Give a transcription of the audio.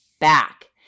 back